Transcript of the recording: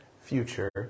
future